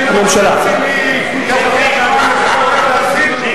הממשלה לא תפסיד.